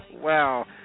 Wow